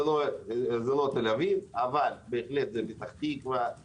זה לא תל אביב אבל זה בהחלט פתח תקווה,